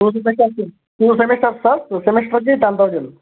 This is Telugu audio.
two semesters two semesters sir సెమిస్టర్కి టెన్ థౌసండ్